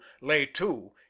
lay-to